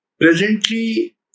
Presently